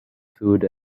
food